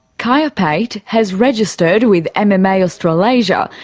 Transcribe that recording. kya pate has registered with and mma yeah australasia,